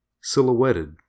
silhouetted